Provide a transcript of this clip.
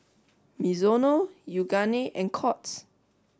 Mizuno Yoogane and Courts